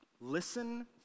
Listen